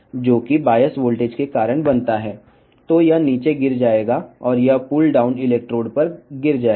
కాబట్టి ఇది తగ్గినప్పుడు మరియు ఎలక్ట్రోడ్ కి శక్తిని తగ్గిస్తుంది